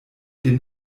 den